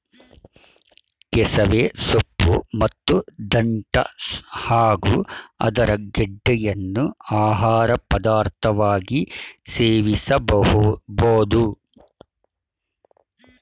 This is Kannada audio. ಕೆಸವೆ ಸೊಪ್ಪು ಮತ್ತು ದಂಟ್ಟ ಹಾಗೂ ಅದರ ಗೆಡ್ಡೆಯನ್ನು ಆಹಾರ ಪದಾರ್ಥವಾಗಿ ಸೇವಿಸಬೋದು